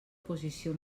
posició